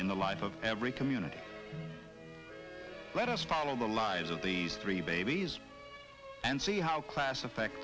in the life of every community let us follow the lives of these three babies and see how class